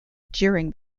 during